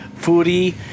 foodie